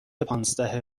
پانزده